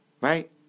Right